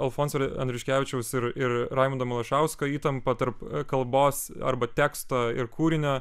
alfonso andriuškevičiaus ir ir raimundo malašausko įtampa tarp kalbos arba teksto ir kūrinio